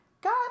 Got